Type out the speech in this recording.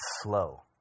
slow